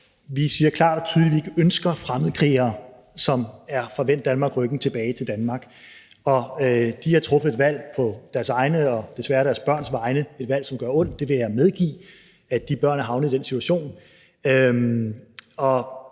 vi siger klart og tydeligt, at vi ikke ønsker fremmedkrigere, som har vendt Danmark ryggen, tilbage til Danmark. De har truffet et valg på deres egne og desværre også deres børns vegne – et valg, som gør ondt; jeg vil medgive, at det gør ondt, at de børn er havnet i den situation